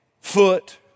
foot